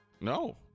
No